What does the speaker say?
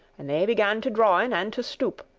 and they began to drawen and to stoop.